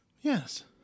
Yes